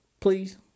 please